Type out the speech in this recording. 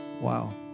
Wow